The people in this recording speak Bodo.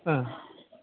ओ